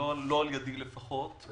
לא על-ידי, לפחות.